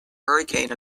hurricane